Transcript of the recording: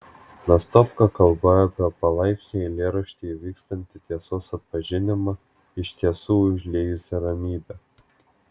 nastopka kalba apie palaipsniui eilėraštyje vykstantį tiesos atpažinimą iš tiesų užliejusią ramybę